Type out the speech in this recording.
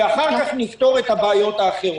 ואחר כך נפתור את הבעיות האחרות.